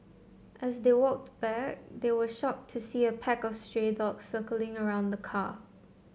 as they walked back they were shocked to see a pack of stray dogs circling around the car